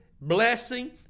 blessing